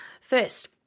First